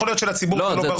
יכול להיות שלציבור זה לא ברור.